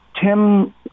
Tim